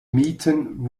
mieten